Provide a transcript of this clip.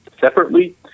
separately